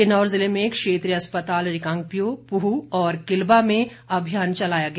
किन्नौर जिले में क्षेत्रीय अस्पताल रिकांगपिओ पूह और किल्बा में अभियान चलाया गया